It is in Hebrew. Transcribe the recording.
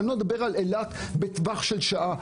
אני לא מדבר על אילת בטווח של שעה.